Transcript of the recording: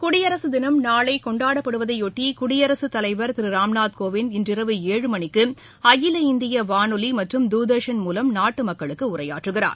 குடியரசு தினம் நாளை கொண்டாடப் படுவதையொட்டி குடியரசுத் தலைவர் திரு ராம்நாத் கோவிந்த் இன்றுஇரவு ஏழு மணிக்கு அகில இந்திய வானொலி மற்றும் தூர்தர்ஷன் மூலம் நாட்டு மக்களுக்கு உரையாற்றுகிறார்